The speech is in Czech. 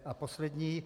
A poslední.